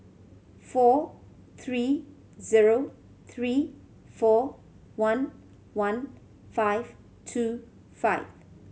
four three zero three four one one five two five